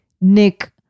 Nick